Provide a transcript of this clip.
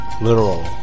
literal